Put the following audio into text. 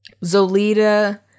Zolita